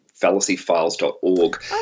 fallacyfiles.org